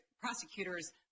prosecutors